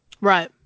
Right